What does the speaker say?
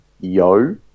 Yo